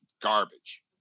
garbage